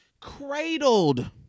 cradled